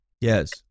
Yes